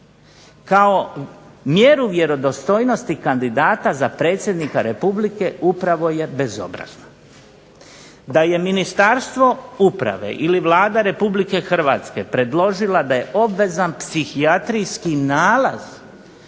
kao mjeru vjerodostojnosti kandidata za predsjednika Republike upravo je bezobrazno. Da je Ministarstvo uprave ili Vlada Republike Hrvatske predložila da je obvezan psihijatrijski nalaz,